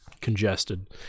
congested